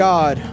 God